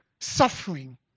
suffering